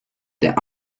der